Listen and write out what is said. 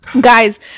guys